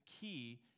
key